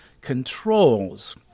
controls